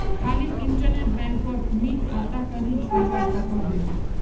खाली इन्टरनेट बैंकोत मी खाता कन्हे खोलवा सकोही?